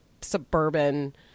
suburban